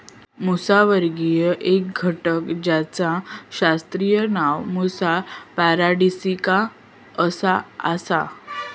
मुसावर्गीय एक घटक जेचा शास्त्रीय नाव मुसा पॅराडिसिका असा आसा